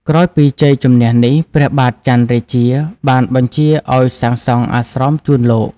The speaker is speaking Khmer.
ក្រោយពីជ័យជម្នះនេះ ព្រះបាទច័ន្ទរាជាបានបញ្ជាឱ្យសាងសង់អាស្រមជូនលោក។